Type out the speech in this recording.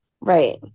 Right